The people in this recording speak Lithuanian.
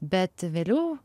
bet vėliau